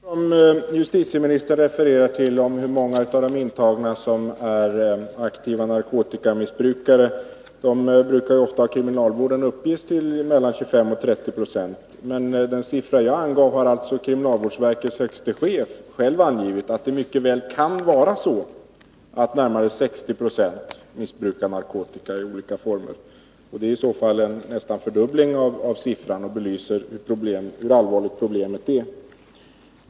Herr talman! Justitieministern refererar till siffror om hur många av de intagna som är aktiva narkotikamissbrukare, och det antalet brukar ofta av kriminalvården uppges till 25-30 926. Men den siffra som jag angav har kriminalvårdsverkets högste chef själv angett — att det mycket väl kan vara så att närmare 60 Yo missbrukar narkotika i olika former. Det är i så fall nästan en fördubbling av siffran och belyser hur allvarligt problemet är.